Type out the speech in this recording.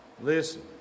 Listen